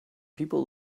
people